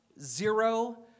zero